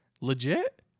Legit